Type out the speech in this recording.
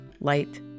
light